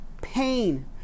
pain